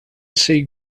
see